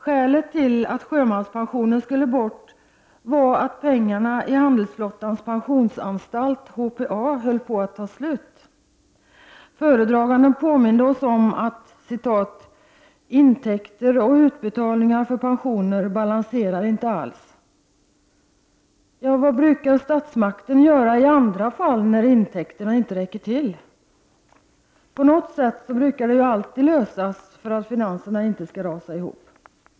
Skälet till att sjömanspensionen skulle bort var att pengarna i Handelsflottans pensionsanstalt, HPA, höll på att ta slut. Föredraganden påminde oss om att ”intäkter och utbetalningar för pensioner balanserar inte alls”. Vad brukar statsmakten göra i andra fall när intäkterna inte räcker till? På något sätt brukar det ju alltid lösas, för att finanserna inte skall rasa ihop.